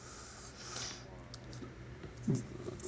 mm